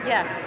Yes